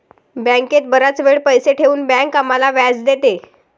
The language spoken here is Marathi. बँकेत बराच वेळ पैसे ठेवून बँक आम्हाला व्याज देते